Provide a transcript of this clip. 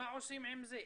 מה עושים עם זה?